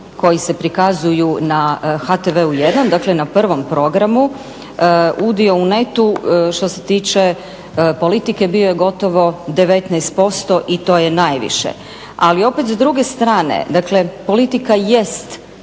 koji se prikazuju na HTV-u jedan, dakle na prvom programu udio u netu što se tiče politike bio je gotovo 19% i to je najviše. Ali opet s druge strane, dakle politika jest